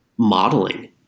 Modeling